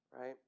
right